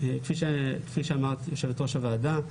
כפי שאמרת, יושבת-ראש הוועדה,